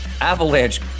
Avalanche